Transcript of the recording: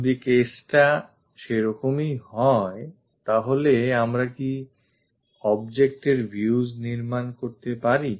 যদি case টা সেরকমই হয় তাহলে আমরা কি object এর views নির্মাণ করতে পারি